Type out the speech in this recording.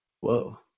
Whoa